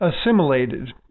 assimilated